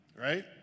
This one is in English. Right